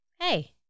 hey